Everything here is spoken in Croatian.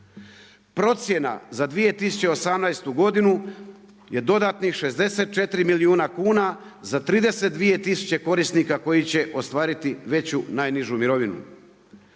Procjena za 2018. godinu je dodatnih 64 milijuna kuna za 32.000 korisnika koji će ostvariti veću najnižu mirovinu.